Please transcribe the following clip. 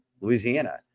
Louisiana